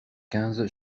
quinze